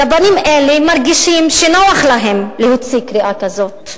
רבנים אלה מרגישים שנוח להם להוציא קריאה כזאת,